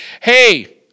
hey